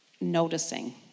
noticing